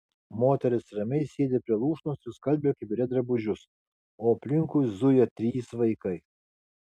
moteris ramiai sėdi prie lūšnos ir skalbia kibire drabužius o aplinkui zuja trys vaikai